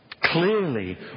clearly